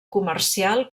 comercial